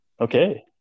Okay